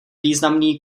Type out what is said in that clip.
významný